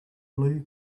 blue